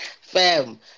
Fam